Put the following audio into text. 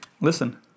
Listen